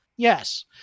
Yes